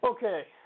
Okay